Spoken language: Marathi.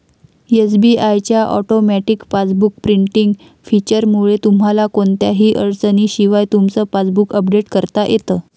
एस.बी.आय च्या ऑटोमॅटिक पासबुक प्रिंटिंग फीचरमुळे तुम्हाला कोणत्याही अडचणीशिवाय तुमचं पासबुक अपडेट करता येतं